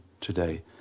today